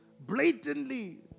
blatantly